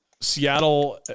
Seattle